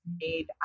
made